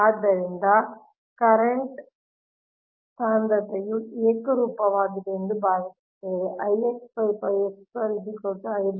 ಆದ್ದರಿಂದ ಕರೆಂಟ್ ಸಾಂದ್ರತೆಯು ಏಕರೂಪವಾಗಿದೆ ಎಂದು ನಾವು ಭಾವಿಸುತ್ತೇವೆ ಅದು